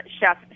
Chef